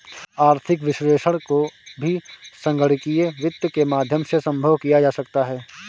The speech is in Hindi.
आर्थिक विश्लेषण को भी संगणकीय वित्त के माध्यम से सम्भव किया जा सकता है